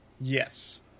Yes